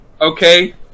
Okay